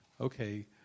okay